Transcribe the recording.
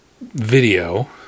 Video